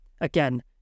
again